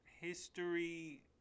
history